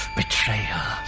betrayal